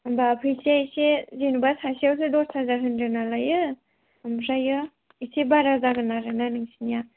होम्बा फैसाया एसे जेनेबा सासेयावसो दस हाजार होन्दोनालायो ओमफ्राय एसे बारा जागोन आरो ना नोंसोरनिया